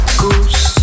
goose